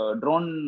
drone